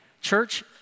church